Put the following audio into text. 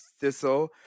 Thistle